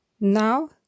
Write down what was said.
Now